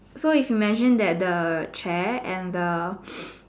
so if you imaging that the chair and the